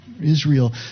Israel